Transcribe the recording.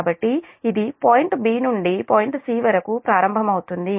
కాబట్టి ఇది point b నుండి పాయింట్ c వరకు ప్రారంభమవుతుంది